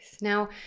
Now